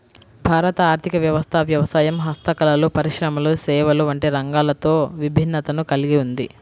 భారత ఆర్ధిక వ్యవస్థ వ్యవసాయం, హస్తకళలు, పరిశ్రమలు, సేవలు వంటి రంగాలతో విభిన్నతను కల్గి ఉంది